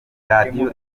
radiyo